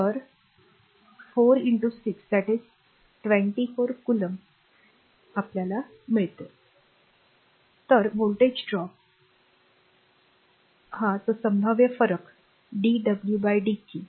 तर 4 6 म्हणजे 24 coulomb तर व्होल्टेज ड्रॉप व्होल्टेज तो संभाव्य फरक dwdqडीडब्ल्यू डीक्यू